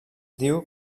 diu